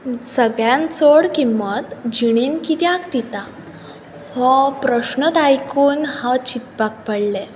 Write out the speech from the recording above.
सगळ्यांत चड किंमत जिणेंत कित्याक दिता हो प्रस्नच आयकून हांव चिंतपाक पडलें